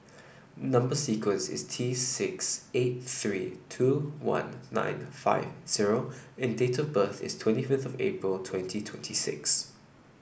number sequence is T six eight three two one nine five zero and date of birth is twenty fifth of April twenty twenty six